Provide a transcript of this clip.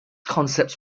concepts